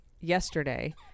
Yesterday